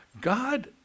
God